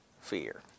fear